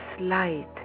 light